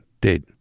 dead